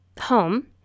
home